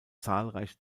zahlreiche